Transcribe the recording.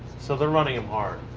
so they're running him hard,